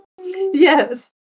Yes